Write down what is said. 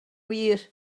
wir